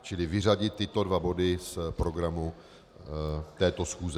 Čili vyřadit tyto dva body z programu této schůze.